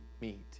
meet